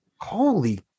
Holy